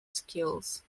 skills